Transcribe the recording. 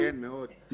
כן, מאוד.